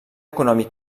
econòmic